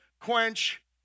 quench